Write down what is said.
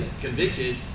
convicted